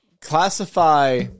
Classify